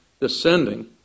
descending